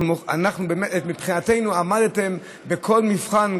מבחינתנו עמדתם בכל מבחן,